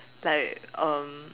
like um